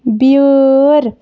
بیٲر